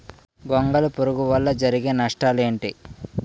గొంగళి పురుగు వల్ల జరిగే నష్టాలేంటి?